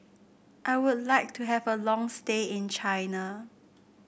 I would like to have a long stay in China